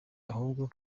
ahubwo